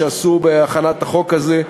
שעשו בהכנת החוק הזה.